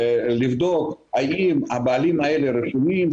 לבדוק האם הבעלים האלה רשומים,